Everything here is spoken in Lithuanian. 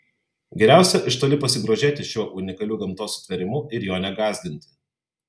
geriausia iš toli pasigrožėti šiuo unikaliu gamtos sutvėrimu ir jo negąsdinti